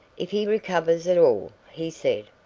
if he recovers at all, he said.